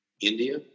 India